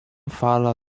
fala